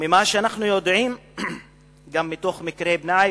וממה שאנחנו יודעים גם במקרה בני-עי"ש,